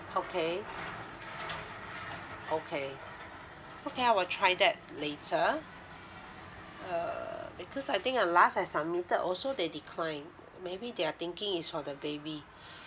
okay okay okay I will try that later uh because I think I last I submitted also they decline maybe they're thinking it is for the baby